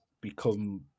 become